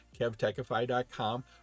kevtechify.com